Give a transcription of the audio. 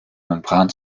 membran